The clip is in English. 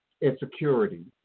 insecurity